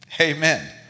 Amen